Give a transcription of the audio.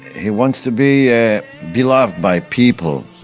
he wants to be ah beloved by people,